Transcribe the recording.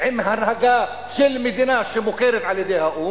עם הנהגה של מדינה שמוכרת על-ידי האו"ם,